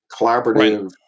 collaborative